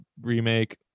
remake